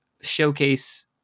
showcase